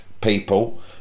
people